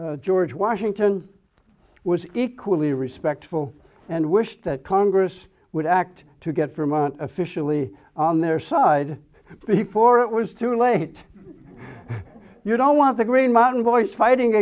george washington was equally respectful and wished that congress would act to get from an officially on their side before it was too late you don't want the green mountain boys fighting